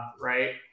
right